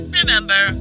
remember